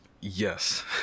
Yes